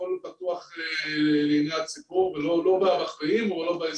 הכל פתוח לעיניי הציבור ולא בהסתר.